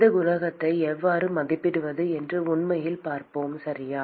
இந்த குணகங்களை எவ்வாறு மதிப்பிடுவது என்று உண்மையில் பார்ப்போம் சரியா